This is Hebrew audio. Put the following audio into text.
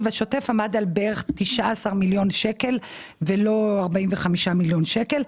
השוטף עמד על כ-19 מיליון שקל ולא 45 מיליון שקל.